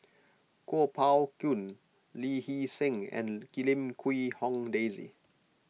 Kuo Pao Kun Lee Hee Seng and Lim Quee Hong Daisy